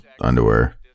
underwear